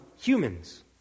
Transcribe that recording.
humans